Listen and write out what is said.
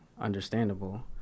understandable